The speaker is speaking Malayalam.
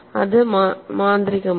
അത് മാന്ത്രികമാണ്